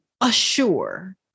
assure